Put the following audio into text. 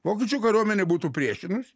vokiečių kariuomenė būtų priešinus